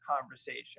conversation